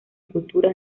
cultura